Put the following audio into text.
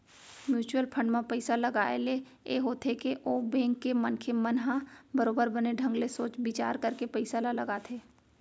mutual fund म पइसा लगाए ले ये होथे के ओ बेंक के मनखे मन ह बरोबर बने ढंग ले सोच बिचार करके पइसा ल लगाथे